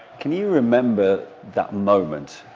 can you remember that moment,